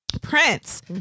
Prince